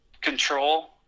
control